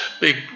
big